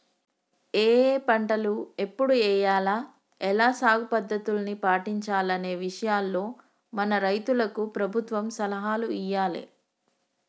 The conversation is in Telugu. ఏఏ పంటలు ఎప్పుడు ఎయ్యాల, ఎలా సాగు పద్ధతుల్ని పాటించాలనే విషయాల్లో మన రైతులకు ప్రభుత్వం సలహాలు ఇయ్యాలే